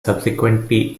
subsequently